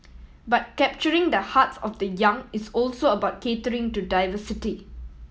but capturing the hearts of the young is also about catering to diversity